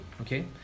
okay